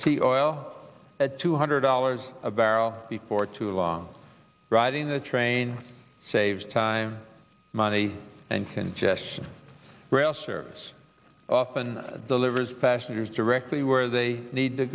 see oil at two hundred dollars a barrel before too long riding the trains saves time money and congestion rail service often delivers passengers directly where they need to